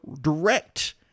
direct